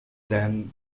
than